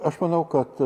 aš manau kad